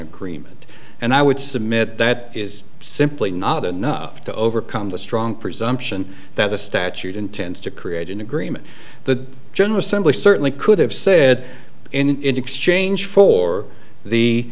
agreement and i would submit that is simply not enough to overcome the strong presumption that the statute intends to create an agreement the general assembly certainly could have said in an index change for the